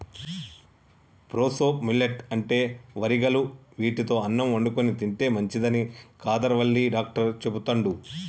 proso millet అంటే వరిగలు వీటితో అన్నం వండుకొని తింటే మంచిదని కాదర్ వల్లి డాక్టర్ చెపుతండు